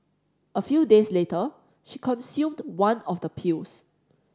a few days later she consumed one of the pills